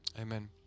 Amen